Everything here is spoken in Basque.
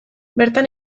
bertan